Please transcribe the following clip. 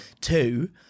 two